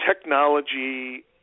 technology